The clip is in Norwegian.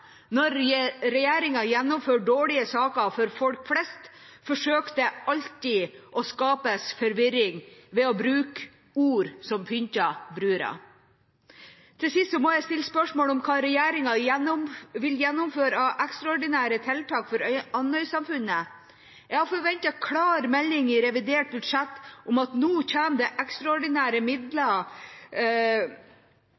regjeringa. Når regjeringa gjennomfører dårlige saker for folk flest, forsøker de alltid å skape forvirring ved å bruke ord som pynter brura. Til sist må jeg stille spørsmål om hva regjeringa vil gjennomføre av ekstraordinære tiltak for Andøya-samfunnet. Jeg forventet en klar melding i revidert budsjett om at det skulle komme ekstraordinære